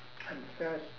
I'm thirsty